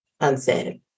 unsaid